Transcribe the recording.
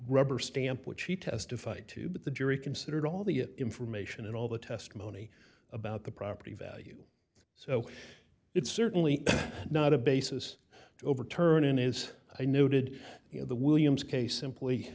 rubber stamp what she testified to but the jury considered all the information and all the testimony about the property value so it's certainly not a basis to overturn in is i noted you know the williams case simply